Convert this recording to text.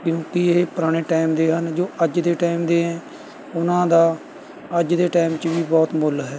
ਕਿਉਂਕਿ ਇਹ ਪੁਰਾਣੇ ਟਾਇਮ ਦੇ ਹਨ ਜੋ ਅੱਜ ਦੇ ਟਾਇਮ ਦੇ ਹੈ ਉਨ੍ਹਾਂ ਦਾ ਅੱਜ ਦੇ ਟਾਇਮ 'ਚ ਵੀ ਬਹੁਤ ਮੁੱਲ ਹੈ